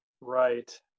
Right